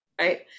right